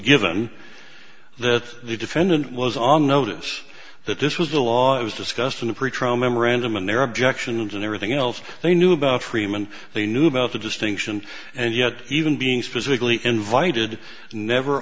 given that the defendant was on notice that this was the law it was discussed in a pretrial memorandum and there are objections and everything else they knew about freeman they knew about the distinction and yet even being physically invited never